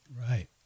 Right